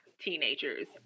teenagers